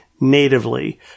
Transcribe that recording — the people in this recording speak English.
natively